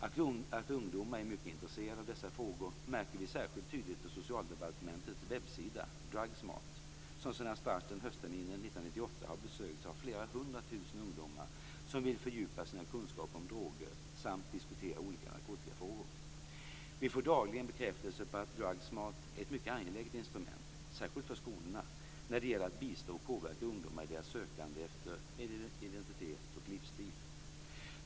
Att ungdomar är mycket intresserade av dessa frågor märker vi särskilt tydligt på Socialdepartementets webbsida Drugsmart, som sedan starten höstterminen 1998 har besökts av flera hundra tusen ungdomar som vill fördjupa sina kunskaper om droger samt diskutera olika narkotikafrågor. Vi får dagligen bekräftelse på att Drugsmart är ett mycket angeläget instrument - särskilt för skolorna - när det gäller att bistå och påverka unga människor i deras sökande efter en identitet och livsstil.